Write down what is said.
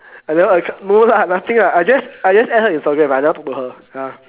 I never a~ no lah nothing lah I just I just add her Instagram but I never talk to her ya